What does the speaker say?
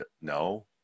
no